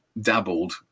dabbled